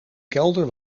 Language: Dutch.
kelder